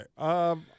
Okay